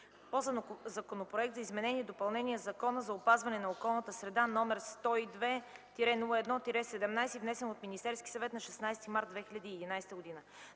по Законопроект за изменение и допълнение на Закона за опазване на околната среда, № 102-01-17, внесен от Министерския съвет на 16 март 2011 г.